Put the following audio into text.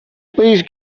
please